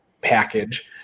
package